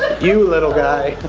you, little guy.